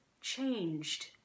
changed